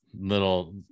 Little